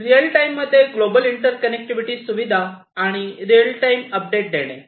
real टाइममध्ये global interconnectivity सुविधा आणि रीअल टाइम अपडेट देणे